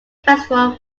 festival